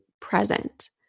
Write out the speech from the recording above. present